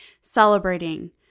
celebrating